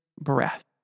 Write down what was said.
breath